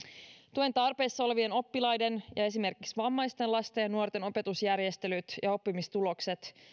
tuen tarpeessa olevien oppilaiden ja esimerkiksi vammaisten lasten ja nuorten opetusjärjestelyt ja oppimistulokset